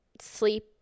sleep